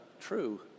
true